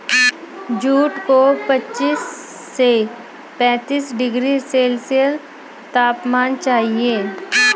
jute को पच्चीस से पैंतीस डिग्री सेल्सियस तापमान चाहिए